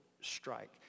strike